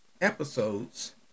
episodes